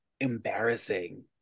embarrassing